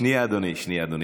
אדוני, שנייה, אדוני.